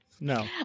No